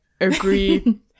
agree